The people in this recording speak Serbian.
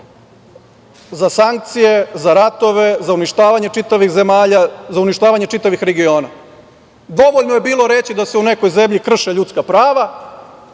za sankcije, za ratove, za uništavanje čitavih zemalja, za uništavanje čitavih regiona. Dovoljno je bilo reći da se u nekoj zemlji krše ljudska prava,